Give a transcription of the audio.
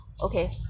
okay